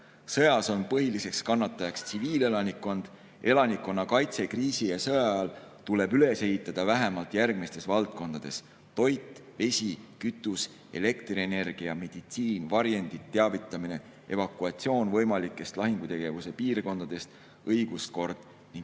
Sõjas on põhiliseks kannatajaks tsiviilelanikkond. Elanikkonnakaitse kriisi‑ ja sõjaajal tuleb üles ehitada vähemalt järgmistes valdkondades: toit, vesi, kütus, elektrienergia, meditsiin, varjendid, teavitamine, evakuatsioon võimalikest lahingutegevuse piirkondadest, õiguskord ning